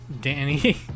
Danny